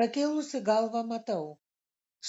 pakėlusi galvą matau